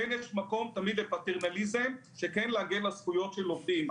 יש מקום תמיד לפטרנליזם להגן על זכויות של עובדים.